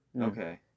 Okay